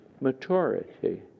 maturity